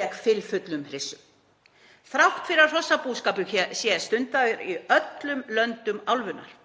gegn fylfullum hryssum — þrátt fyrir að hrossabúskapur sé stundaður í öllum löndum álfunnar.